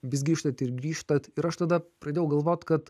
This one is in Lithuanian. vis grįžtat ir grįžtat ir aš tada pradėjau galvot kad